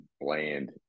bland